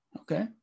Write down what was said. Okay